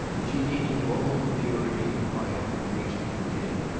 she needed all the purity and quiet that nature could give,